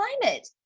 climate